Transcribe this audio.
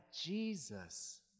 Jesus